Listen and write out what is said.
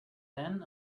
then